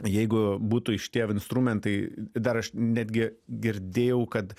jeigu būtų šitie instrumentai dar aš netgi girdėjau kad